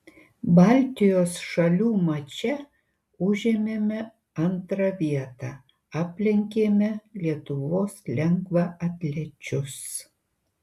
baltijos šalių mače užėmėme antrą vietą aplenkėme lietuvos lengvaatlečius